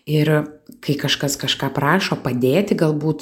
ir kai kažkas kažką prašo padėti galbūt